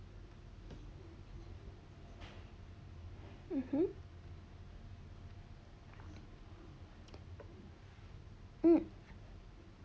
mmhmm mm